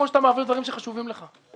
כפי שאתה מעביר דברים שחשובים לך.